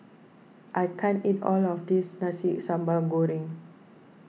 I can't eat all of this Nasi Sambal Goreng